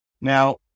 Now